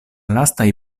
lastaj